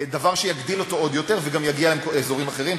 דבר שיגדיל אותו עוד יותר וגם יגיע לאזורים אחרים,